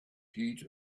heat